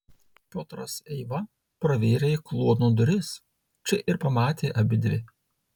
piotras eiva pravėrė kluono duris čia ir pamatė abidvi